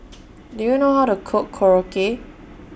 Do YOU know How to Cook Korokke